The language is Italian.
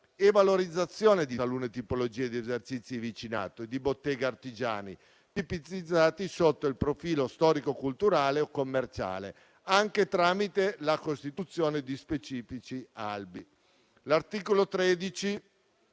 e valorizzazione di talune tipologie di esercizi di vicinato e di botteghe artigiane tipizzati sotto il profilo storico, culturale o commerciale, anche tramite la costituzione di specifici albi. L'articolo 13,